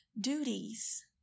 Duties